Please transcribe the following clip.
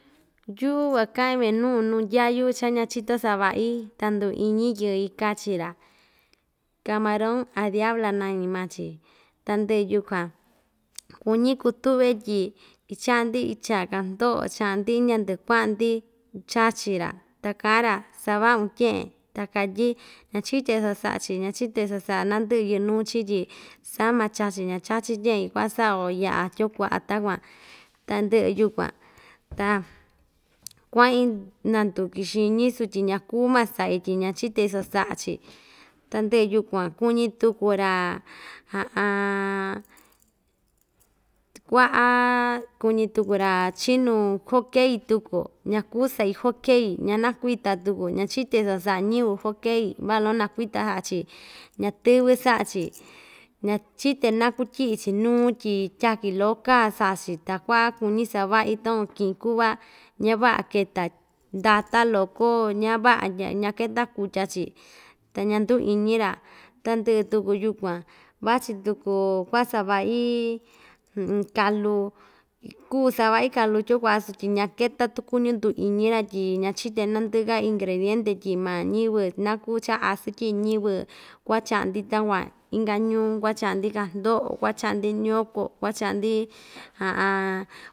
Yu'u kuaka'in minu nuu ndyayu cha ñachito sava'i ta ndu iñi yɨɨ‑i kachi‑ra camaron a diabla nañi ma‑chi tandɨ'ɨ yukuan kuñi kutu've tyi icha'an‑ndi iin cha'a kahndo'o cha'an‑ndi indya ndɨ'ɨ kua'an‑ndi chachi‑ra ta ka'an‑ra sava'un tye'en ta katyí ñachite iso sa'a‑chi ñachite iso sa'a nandɨ'ɨ yɨ'ɨ nuu‑chi tyi sáma chachi ña‑chachi tye'en ku'a sa'a‑yo ya'a tyoo kua'a takuan tandɨ'ɨ yukuan ta kua'in nanduki xiñi sutyi ña‑kuu ma sa'i tyi ñachite iso sa'a‑chi tandɨ'ɨ yukuan kuñi tuku‑ra kua'a kuñi tuku‑ra chinu hokey tuku ñaku sa'i hokey ñanakuita tuku ñachite iso sa'a ñɨvɨ hokey va'a loko nakuita sa'a‑chi ñatɨvɨ sa'a‑chi ñachite naku tyi'i‑chi nuu tyi tyaki loko kaa sa'a‑chi ta ku'a kuñi sava'i takuan ki'in ku'va ñava'a keta ndata loko ñava'a ña ñaketa kutya‑chi ta ña nduu iñi‑ra tandɨ'ɨ tuku yukuan vachi tuku ku'va sava'i kalu kuu sava'i kalu tyoo kua'a sutyi ñaketa tukuñu nduu iñi‑ra tyi ñachite nandɨ'ɨ‑ka ingrediente tyi'i maa ñɨvɨ naku cha asɨɨn tyi'i ñɨvɨ ku'a cha'an‑ndi takuan inka ñuu ku'a cha'an‑ndi kahndo'o ku'a cha'an‑ndi ñoko ku'a cha'an‑ndi.